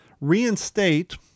reinstate